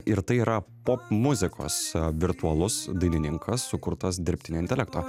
ir tai yra popmuzikos virtualus dailininkas sukurtas dirbtinio intelekto